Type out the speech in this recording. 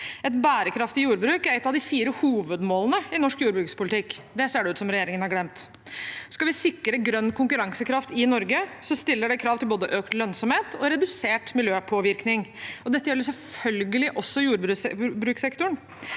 Et bærekraftig jordbruk er et av de fire hovedmålene i norsk jordbrukspolitikk. Det ser det ut som regjeringen har glemt. Skal vi sikre grønn konkurransekraft i Norge, stiller det krav til både økt lønnsomhet og redusert miljøpåvirkning. Dette gjelder selvfølgelig også i jordbrukssektoren.